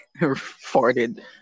farted